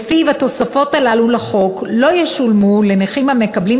שלפיו התוספות האלה לחוק לא ישולמו לנכים המקבלים